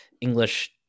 english